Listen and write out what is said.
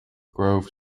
grove